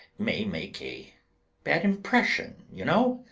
may make a bad impression, you know.